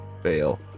fail